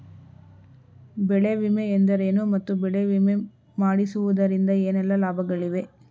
ಬೆಳೆ ವಿಮೆ ಎಂದರೇನು ಮತ್ತು ಬೆಳೆ ವಿಮೆ ಮಾಡಿಸುವುದರಿಂದ ಏನೆಲ್ಲಾ ಲಾಭಗಳಿವೆ?